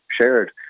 shared